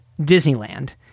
Disneyland